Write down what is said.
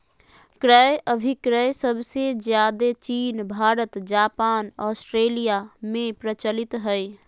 क्रय अभिक्रय सबसे ज्यादे चीन भारत जापान ऑस्ट्रेलिया में प्रचलित हय